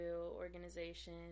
organization